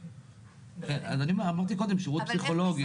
ואמרתי קודם, שירות פסיכולוגי.